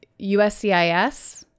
USCIS